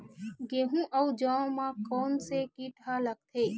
गेहूं अउ जौ मा कोन से कीट हा लगथे?